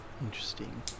Interesting